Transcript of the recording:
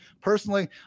Personally